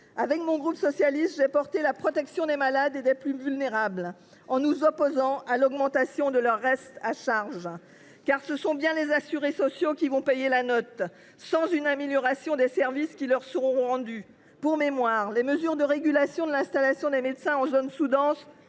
du groupe SER, j’ai défendu la protection des malades et des plus vulnérables, en nous opposant à l’augmentation de leur reste à charge. Ce sont bien les assurés sociaux qui paieront la note, sans aucune amélioration des services qui leur seront rendus. Pour mémoire, les mesures de régulation à l’installation des médecins en zone sous dense